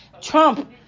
Trump